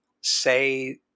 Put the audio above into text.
say